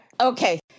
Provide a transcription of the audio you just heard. Okay